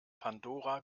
pandora